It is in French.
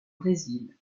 brésil